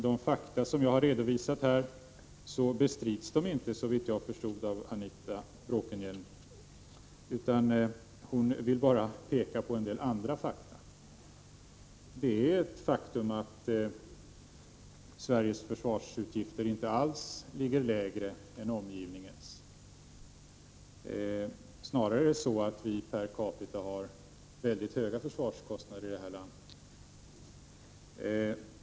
De fakta som jag redovisade bestrids inte — såvitt jag förstår — av Anita Bråkenhielm, utan hon ville bara peka på en del andra fakta. Det är ett faktum att Sveriges försvarsutgifter inte alls ligger lägre än omgivningens. Snarare är det så att vi per capita har mycket höga försvarskostnader i det här landet.